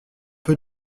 peu